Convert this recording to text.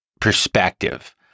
perspective